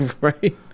Right